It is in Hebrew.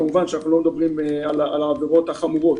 כמובן שאנחנו לא מדברים על העבירות החמורות,